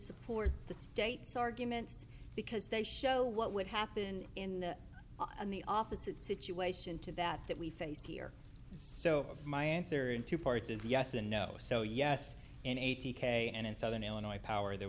support the state's arguments because they show what would happen in the on the opposite situation to that that we face here so my answer in two parts is yes and no so yes in eighty k and in southern illinois power there